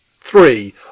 three